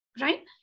right